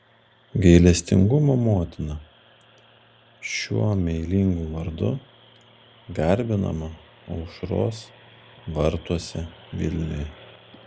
gailestingumo motina šiuo meilingu vardu garbinama aušros vartuose vilniuje